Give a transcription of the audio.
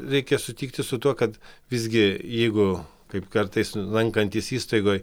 reikia sutikti su tuo kad visgi jeigu kaip kartais lankantis įstaigoj